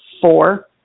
four